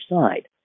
side